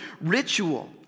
ritual